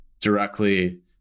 directly